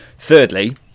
Thirdly